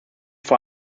vor